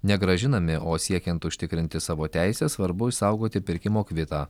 negrąžinami o siekiant užtikrinti savo teisę svarbu išsaugoti pirkimo kvitą